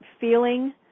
feeling